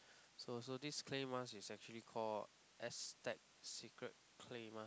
so so this clay mask is actually called Aztech Secret clay mask